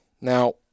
Now